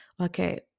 Okay